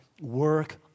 work